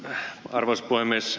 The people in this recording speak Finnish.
arvoisa puhemies